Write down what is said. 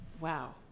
wow